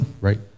Right